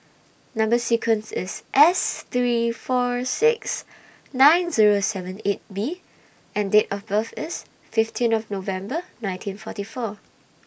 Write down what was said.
Number sequence IS S three four six nine Zero seven eight B and Date of birth IS fifteen of November nineteen forty four